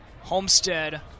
Homestead